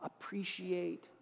appreciate